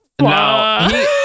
No